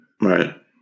Right